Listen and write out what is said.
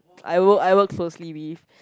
I work I work closely with